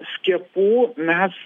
skiepų mes